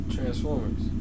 Transformers